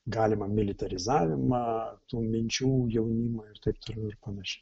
galimą militarizavimą tų minčių jaunimą ir taip toliau ir panašiai